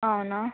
అవునా